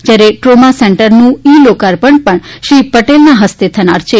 જ્યારે ટ્રોમા સેન્ટરનું ઇ લોકાર્પણ પણ શ્રી પટેલના ફસ્તે થનાર છે